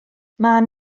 maen